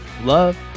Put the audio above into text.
love